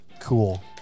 Cool